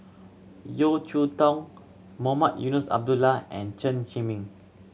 Yeo Cheow Tong Mohamed Eunos Abdullah and Chen Zhiming